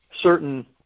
certain